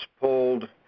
pulled